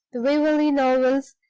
the waverley novels,